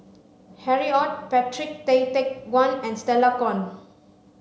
Harry Ord Patrick Tay Teck Guan and Stella Kon